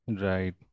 Right